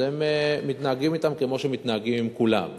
אז הם, מתנהגים אתם כמו שמתנהגים עם כולם.